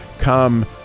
come